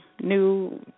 New